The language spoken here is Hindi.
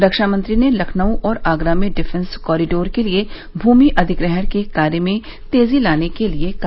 रक्षामंत्री ने लखनऊ और आगरा में डिफेंस कॉरिडोर के लिये भूमिअधिग्रहण के कार्य में तेजी लाने के लिये कहा